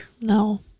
No